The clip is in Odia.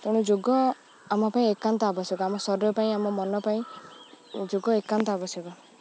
ତେଣୁ ଯୋଗ ଆମ ପାଇଁ ଏକାନ୍ତ ଆବଶ୍ୟକ ଆମ ଶରୀର ପାଇଁ ଆମ ମନ ପାଇଁ ଯୋଗ ଏକାନ୍ତ ଆବଶ୍ୟକ